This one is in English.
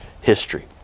history